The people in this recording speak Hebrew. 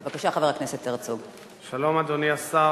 שלום, אדוני השר,